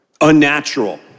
unnatural